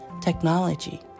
technology